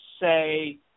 say